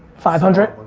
five hundred?